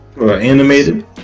animated